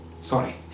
sorry